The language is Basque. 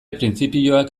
printzipioak